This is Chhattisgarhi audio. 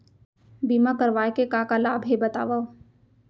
बीमा करवाय के का का लाभ हे बतावव?